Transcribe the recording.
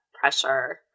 pressure